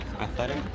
Athletic